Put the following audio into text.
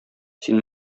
син